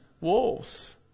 wolves